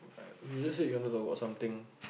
uh you just said you wanted to work something